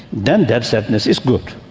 then that sadness is good.